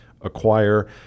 acquire